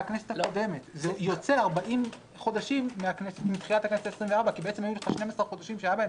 זה יוצא 40 חודשים תחילת הכנסת ה-24 כי היו לך 12 חודשים שהיה בהם